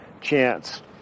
chance